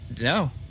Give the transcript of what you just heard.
no